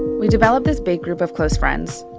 we developed this big group of close friends.